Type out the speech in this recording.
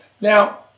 Now